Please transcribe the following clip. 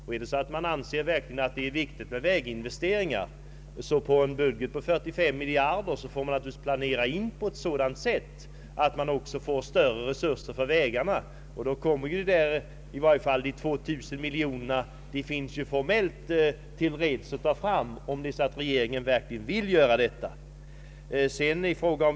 Om man verkligen anser det viktigt med väginvesteringar, får man naturligtvis i en budget på 45 miljarder kronor planera in större resurser för vägbyggandet. De tvåtusen miljonerna finns ju i varje fall formellt till reds att ta fram, om regeringen verkligen vill.